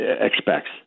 expects